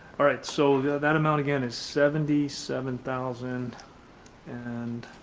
alright, so that amount again, is seventy seven thousand and,